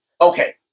Okay